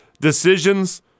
decisions